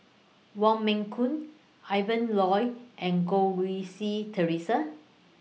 Wong Meng Ian Loy and Goh Rui Si Theresa